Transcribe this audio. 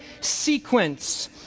sequence